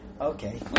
okay